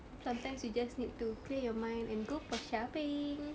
sometimes you just need to clear your mind and go for shopping